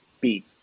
beat